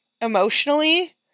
emotionally